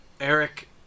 Eric